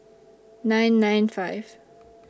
nine nine five